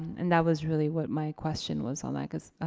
and that was really what my question was on that cause